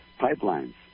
pipelines